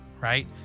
Right